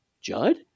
judd